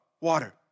water